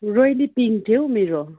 रोइली पिङ थियो हौ मेरो